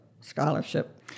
scholarship